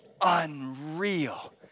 unreal